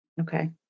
Okay